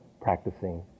practicing